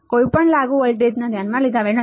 તે કોઈપણ લાગુ વોલ્ટેજને ધ્યાનમાં લીધા વિના થાય છે